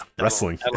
wrestling